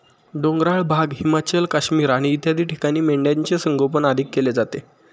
डोंगराळ भाग, हिमाचल, काश्मीर इत्यादी ठिकाणी मेंढ्यांचे संगोपन अधिक केले जाते